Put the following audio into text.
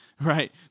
right